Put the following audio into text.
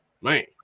Man